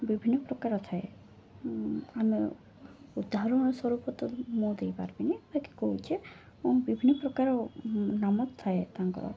ବିଭିନ୍ନ ପ୍ରକାର ଥାଏ ଆମେ ଉଦାହରଣ ସ୍ୱରୂପ ତ ମୁଁ ଦେଇପାରିବିନି ବାକି କହୁଛେ ମାନେ ବିଭିନ୍ନ ପ୍ରକାର ନାମ ଥାଏ ତାଙ୍କର